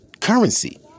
currency